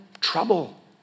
trouble